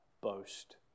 boast